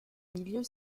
milieux